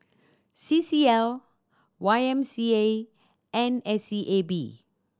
C C L Y M C A and S E A B